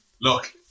look